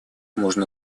можно